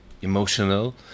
Emotional